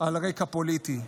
על רקע פוליטי.